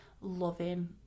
loving